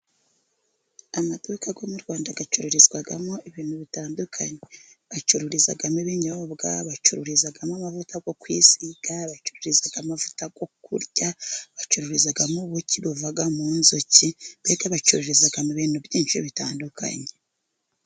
Amaduka yo mu Rwanda acururizwamo ibintu bitandukanye. Bacururizamo ibinyobwa, bacururizamo amavuta yo kwisiga, bacururiza amavuta yo kurya, bacururizamo ubuki buva mu nzuki, mbese bacururizamo ibintu byinshi bitandukanye.